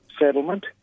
settlement